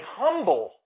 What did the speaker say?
humble